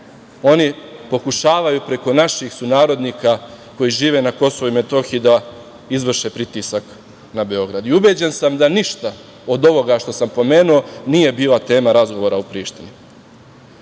oni pokušavaju preko naših sunarodnika koji žive na KiM da izvrše pritisak na Beograd. Ubeđen sam da ništa od ovoga što sam pomenuo nije bila tema razgovora u Prištini. Moram